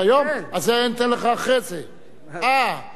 זו שאילתא שבלילה הוא ישיב לך עליה.